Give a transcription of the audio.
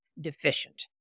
deficient